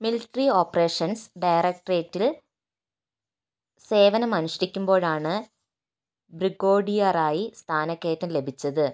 military operations ഡയറക്ടറേറ്റിൽ സേവനമനുഷ്ഠിക്കുമ്പോഴാണ് ബ്രിഗോഡിയറായി സ്ഥാനക്കയറ്റം ലഭിച്ചത്